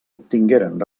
obtingueren